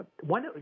One